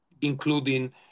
including